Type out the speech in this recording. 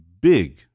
big